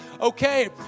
okay